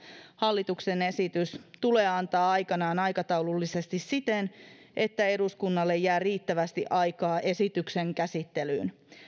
hallituksen esitys tulee antaa aikanaan aikataulullisesti siten että eduskunnalle jää riittävästi aikaa esityksen käsittelyyn